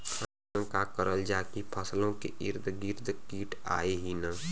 अइसन का करल जाकि फसलों के ईद गिर्द कीट आएं ही न?